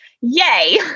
Yay